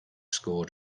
scored